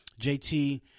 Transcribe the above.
JT